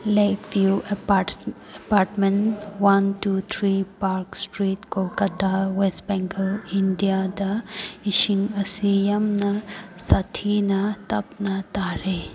ꯂꯦꯛ view apartment one two three park street Kolkata west Bengal ꯏꯟꯗꯤꯌꯥꯗ ꯏꯁꯤꯡ ꯑꯁꯤ ꯌꯥꯝꯅ ꯁꯥꯊꯤꯅ ꯇꯞꯅ ꯇꯥꯔꯤ